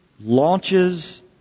launches